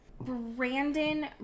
Brandon